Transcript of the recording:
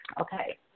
Okay